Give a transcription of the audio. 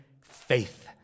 faith